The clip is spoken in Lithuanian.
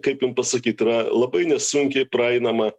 kaip jum pasakyt yra labai nesunkiai praeinama